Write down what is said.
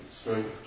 strength